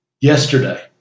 yesterday